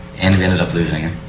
and we ended up losing.